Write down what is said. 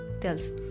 tells